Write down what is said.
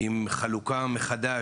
אם תרצו ארחיב אחרי זה,